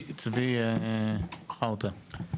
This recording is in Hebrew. צבי חאוטה.